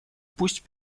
пусть